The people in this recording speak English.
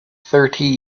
thirty